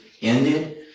ended